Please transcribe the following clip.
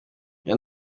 iyo